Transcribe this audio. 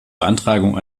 beantragung